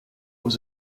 was